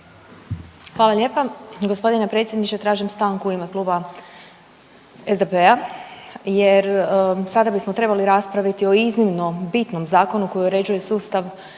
Hvala lijepa. Gospodine predsjedniče, tražim stanku u ime Kluba SDP-a jer sada bismo trebali raspraviti o iznimno bitnom zakonu koji uređuje sustav